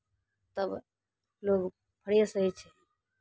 तब लोक फ्रेस होइ छै